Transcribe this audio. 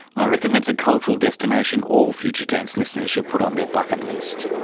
i reckon that's a cultural destination all future tense listeners should put on their bucket list.